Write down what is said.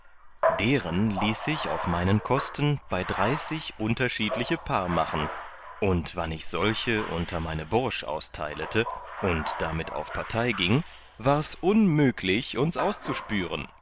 deren ließe ich auf meinen kosten bei dreißig unterschiedliche paar machen und wann ich solche unter meine bursch austeilete und damit auf partei gieng wars unmüglich uns auszuspüren